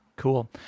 Cool